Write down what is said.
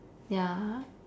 ya